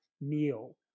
meal